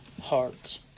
hearts